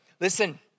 Listen